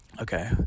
Okay